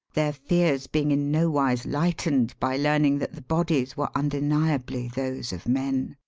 their fears being in no wise lightened by learning that the bodies were undeniably those of men.